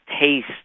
taste